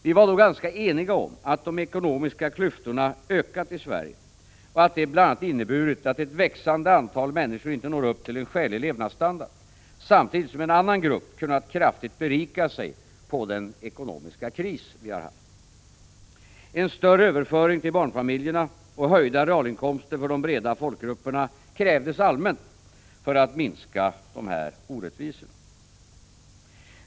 Vi var då ganska eniga om att de ekonomiska klyftorna ökat i Sverige och att det bl.a. inneburit att ett växande antal människor inte når upp till en skälig levnadsstandard, samtidigt som en annan grupp kunnat kraftigt berika sig på den ekonomiska kris vi har haft. En större överföring till barnfamiljerna och höjda realinkomster för de breda folkgrupperna krävdes allmänt för att minska dessa orättvisor.